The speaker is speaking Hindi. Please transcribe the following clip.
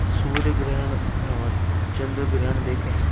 सूर्यग्रहण और चंद्रग्रहण देखें हैं